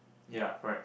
ya correct